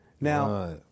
now